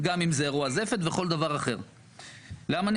בין אם זה אירוע זפת ובין אם זה כל דבר אחר.